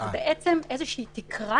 זה איזה תקרה